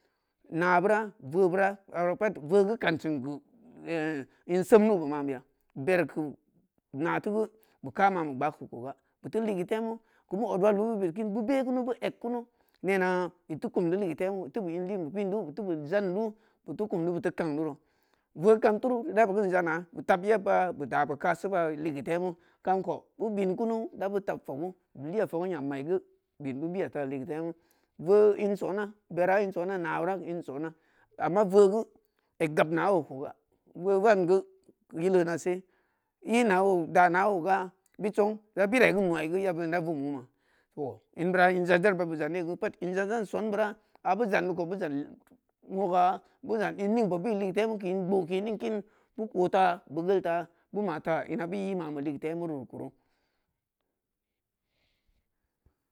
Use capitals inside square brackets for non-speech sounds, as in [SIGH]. Naburah voo burah abura pat voo geu kan sin’keu [HESITATION] a in sem nu be man beya beri keu nah teu geu kah mame gbaaku koga beu teu ligeu temu kein beu [UNINTELLIGIBLE] beu be kunu beu eg kunu nena beu teu kum di ligeu temu beu teu beu in lin be pindu beu teu beu jan du beu teu kang du ro voo kam turu ida beu kein jana beu tab yebba beu da beu kasi ba ligeu temu kam kou beu bin kunu da beu tab fogu beu liya foga yam mai geu bin beu biya ta ligeu temu voo i sona berah in sona nabeurah in sona ama voo geu eg gab na’o koga voo vangeu yilenase i na’o da na’o ga bid song ja birai geu nuwai geu ya beu da vom mona in beura in jan jan beura i jan de pat in jan jan son beura a beu jan de kou beu jan gah beu jan in ningbe bin ligeu temu keu in gbooke be kin beu kotah beu gheetah beu mata keu ina beu i man be ligeu temu ru